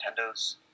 Nintendo's